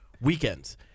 weekends